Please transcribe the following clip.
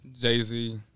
Jay-Z